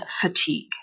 fatigue